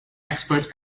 experts